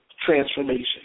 transformation